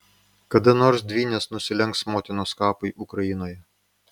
kada nors dvynės nusilenks motinos kapui ukrainoje